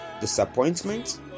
disappointment